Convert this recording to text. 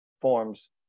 forms